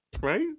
Right